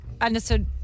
understood